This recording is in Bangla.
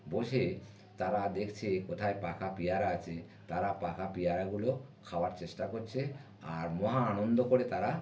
বসে তারা দেখছে কোথায় পাকা পেয়ারা আছে তারা পাকা পেয়ারাগুলো খাওয়ার চেষ্টা করছে আর মহা আনন্দ করে তারা